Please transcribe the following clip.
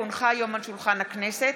כי הונחה היום על שולחן הכנסת,